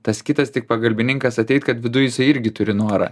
tas kitas tik pagalbininkas ateit kad viduj jisai irgi turi norą